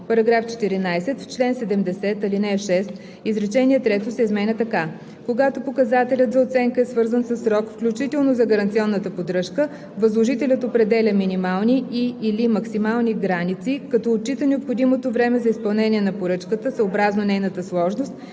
§ 14: „§ 14. В чл. 70, ал. 6 изречение трето се изменя така: „Когато показателят за оценка е свързан със срок, включително за гаранционната поддръжка, възложителят определя минимални и/или максимални граници, като отчита необходимото време за изпълнение на поръчката, съобразно нейната сложност